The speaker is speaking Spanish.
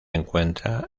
encuentra